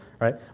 right